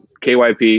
kyp